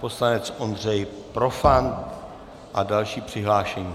poslanec Ondřej Profant a další přihlášení.